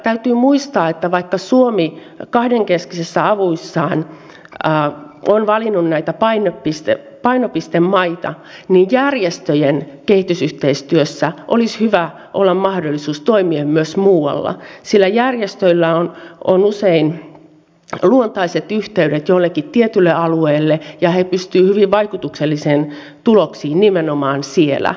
täytyy muistaa että vaikka suomi kahdenkeskisessä avussaan on valinnut näitä painopistemaita niin järjestöjen kehitysyhteistyössä olisi hyvä olla mahdollisuus toimia myös muualla sillä järjestöillä on usein luontaiset yhteydet joillekin tietyille alueille ja he pystyvät hyvin vaikutuksellisiin tuloksiin nimenomaan siellä